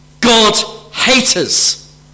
God-haters